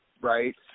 right